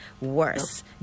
Worse